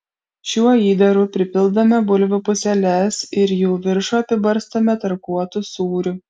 šiuo įdaru pripildome bulvių puseles ir jų viršų apibarstome tarkuotu sūriu